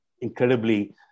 incredibly